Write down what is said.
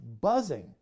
buzzing